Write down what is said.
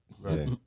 Right